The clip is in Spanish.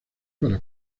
para